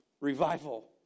revival